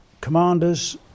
commanders